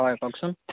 হয় কওকচোন